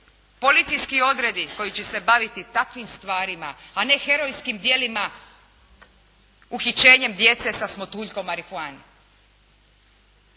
policijski odredi koji će se baviti takvim stvarima a ne herojskih djelima uhićenjem djece sa smotuljkom marihuane.